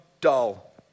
dull